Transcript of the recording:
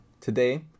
Today